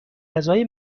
غذای